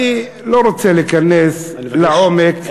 אני לא רוצה להיכנס לעומק,